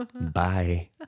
Bye